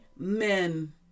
Amen